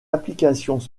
applications